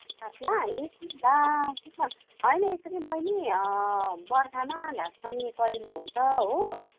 पातला ए ला त्यही त होइन यस्तो कि बहिनी बर्खामा घाँस पनि कलिलो हुन्छ हो